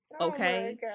okay